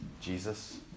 Jesus